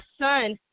son